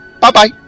Bye-bye